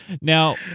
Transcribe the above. Now